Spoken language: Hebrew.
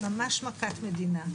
ממש מכת מדינה.